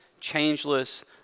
changeless